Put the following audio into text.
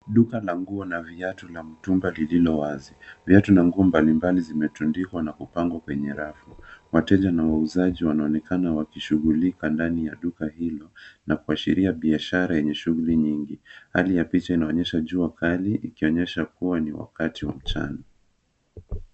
Duka la nguo na viatu na mtumba lililo wazi. Viatu na nguo mbalimbali vimetundikwa na kupangwa kwenye rafu. Wateja na wauzaji wanaonekana wakishughulika ndani ya duka hilo, na kuashiria biashara yenye shughuli nyingi. hali ya picha inaonyesha jua kali ikionyesha kuwa ni wakati wa mchana.